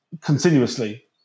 continuously